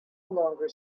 longer